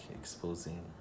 exposing